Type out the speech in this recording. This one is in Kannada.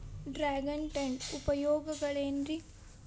ಡ್ರ್ಯಾಗನ್ ಟ್ಯಾಂಕ್ ಉಪಯೋಗಗಳೆನ್ರಿ?